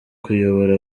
kuyobora